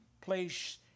place